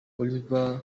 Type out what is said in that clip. oliver